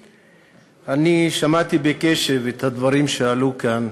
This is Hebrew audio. היושבת-ראש, אני שמעתי בקשב את הדברים שעלו כאן.